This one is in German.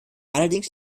allerdings